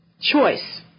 Choice